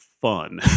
fun